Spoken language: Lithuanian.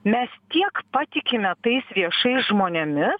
mes tiek patikime tais viešais žmonėmis